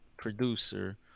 producer